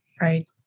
Right